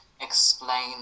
explain